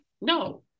no